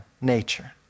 nature